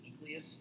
nucleus